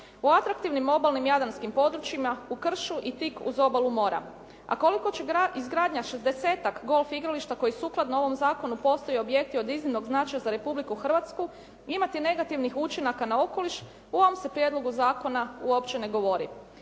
u atraktivnim obalnim Jadranskim područjima, u kršu i tik uz obalu mora. A koliko će izgradnja 60-ak golf igrališta koji sukladno ovom zakonu postoje objekti od iznimnog značaja za Republiku Hrvatsku imati negativnih učinaka na okoliš, u ovom se prijedlogu zakona opće ne govori.